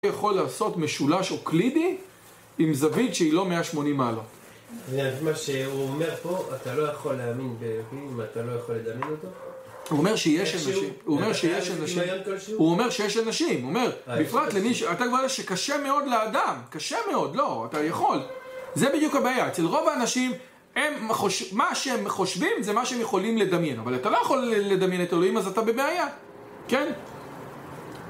הוא יכול לעשות משולש אוקלידי עם זווית שהיא לא 180 מעלות אז מה שהוא אומר פה אתה לא יכול להאמין אם אתה לא יכול לדמיין אותו? הוא אומר שיש אנשים אתה כבר יודע שקשה מאוד לאדם, קשה מאוד, לא אתה יכול זה בדיוק הבעיה, אצל רוב האנשים מה שהם חושבים זה מה שהם יכולים לדמיין אבל אתה לא יכול לדמיין את אלוהים אז אתה בבעיה, כן?